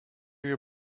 your